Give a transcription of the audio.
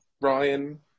Ryan